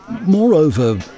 Moreover